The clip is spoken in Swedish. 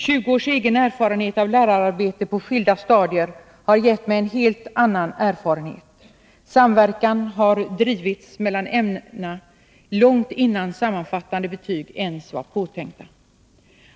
Efter 20 års lärararbete på skilda stadier har jag en helt annan erfarenhet. Samverkan har drivits mellan ämnena långt innan sammanfattande betyg ens var påtänkta.